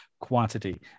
quantity